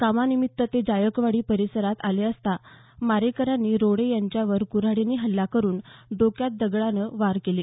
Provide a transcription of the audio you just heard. कामानिमित्त ते जायकवाडी परिसरात आले असता मारेकऱ्यांनी रोडे यांच्यावर कुऱ्हाडीने हल्ला करून डोक्यात दगडानं वार केले